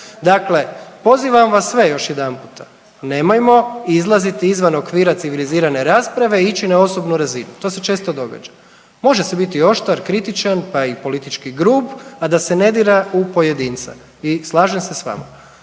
Dakle, pozivam vas sve još jedanputa, nemojmo izlaziti izvan okvira civilizirane rasprave i ići na osobnu razinu, to se često događa. Može se biti oštar, kritičan pa i politički grub, a da se ne dira u pojedinca i slažem se s vama.